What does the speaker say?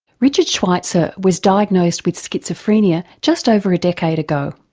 richard schweizer was diagnosed with schizophrenia just over a decade ago.